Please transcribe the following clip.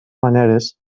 maneres